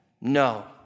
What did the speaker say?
No